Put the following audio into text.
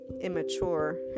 immature